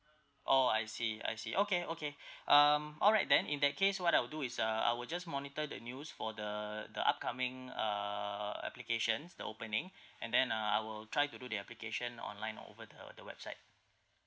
oh I see I see okay okay um alright then in that case what I will do is uh I will just monitor the news for the the upcoming uh applications the opening and then uh I will try to do the application online over the the website